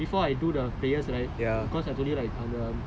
previous day at the house she asked me to